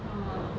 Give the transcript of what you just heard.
!wah!